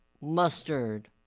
Mustard